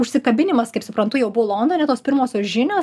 užsikabinimas kaip suprantu jau buvo londone tos pirmosios žinios